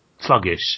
sluggish